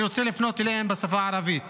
אני רוצה לפנות אליהם בשפה הערבית